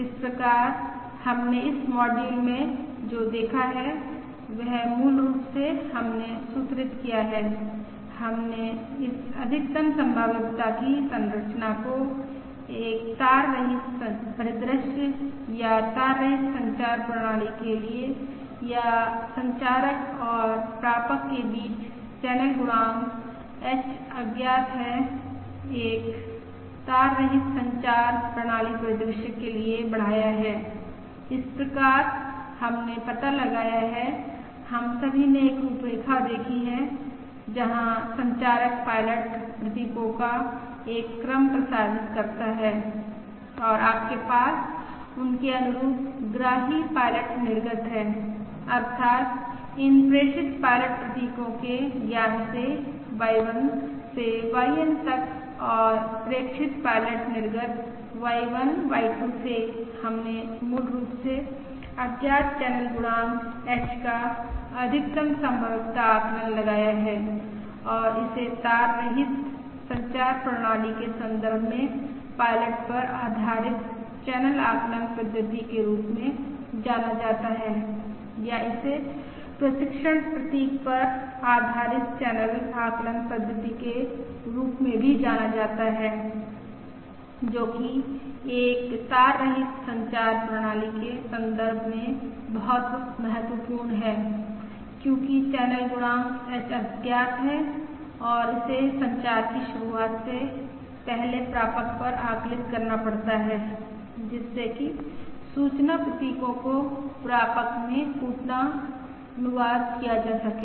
इस प्रकार हमने इस मॉड्यूल में जो देखा है वह मूल रूप से हमने सूत्रित किया है हमने इस अधिकतम संभाव्यता की संरचना को एक तार रहित परिदृश्य या तार रहित संचार प्रणाली के लिए या संचारक और प्रापक के बीच चैनल गुणांक h अज्ञात है एक तार रहित संचार प्रणाली परिदृश्य के लिए बढ़ाया है इस प्रकार हमने पता लगाया है हम सभी ने एक रूपरेखा देखी है जहां संचारक पायलट प्रतीकों का एक क्रम प्रसारित करता है और आपके पास उनके अनुरूप ग्राही पायलट निर्गत हैं अर्थात् इन प्रेषित पायलट प्रतीकों के ज्ञान से Y 1 से Y N तक और प्रेक्षित पायलट निर्गत Y 1 Y 2 से हमने मूल रूप से अज्ञात चैनल गुणांक h का अधिकतम संभाव्यता आकलन लगाया है और इसे तार रहित संचार प्रणाली के संदर्भ में पायलट पर आधारित चैनल आकलन पद्धति के रूप में जाना जाता है या इसे प्रशिक्षण प्रतीक पर आधारित चैनल आकलन पद्धति के रूप में भी जाना जाता है जो कि एक तार रहित संचार प्रणाली के संदर्भ में बहुत महत्वपूर्ण है क्योंकि चैनल गुणांक h अज्ञात है और इसे संचार की शुरुआत से पहले प्रापक पर आकलित करना पड़ता है जिससे कि सूचना प्रतीकों को प्रापक में कूटानुवाद किया जा सके